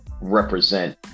represent